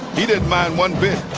he didn't mind one bit.